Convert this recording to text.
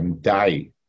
die